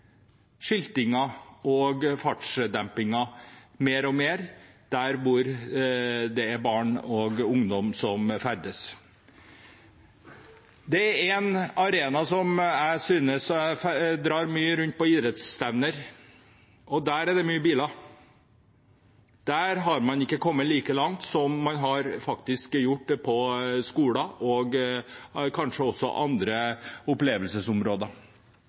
og fartsdempingen stadig mer der barn og ungdom ferdes. Det er en arena jeg vil nevne. Jeg drar mye rundt på idrettsstevner, og der er det mye biler. Der har man ikke kommet like langt som man har gjort på skoler og kanskje også andre opplevelsesområder.